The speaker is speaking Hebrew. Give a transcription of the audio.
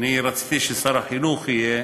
רציתי ששר החינוך יהיה,